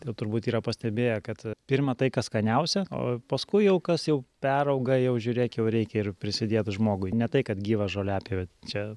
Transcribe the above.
ir turbūt yra pastebėję kad pirma tai kas skaniausia o paskui jau kas jau perauga jau žiūrėk jau reikia ir prisidėt žmogui ne tai kad gyva žoliapjovė čia